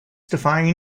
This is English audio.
defying